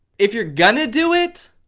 if you're gonna do it